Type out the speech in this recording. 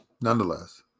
nonetheless